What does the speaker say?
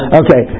okay